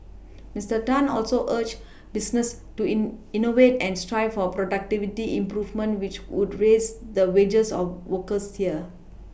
Mister Tan also urged businesses to in innovate and strive for productivity improvements which would raise the wages of workers here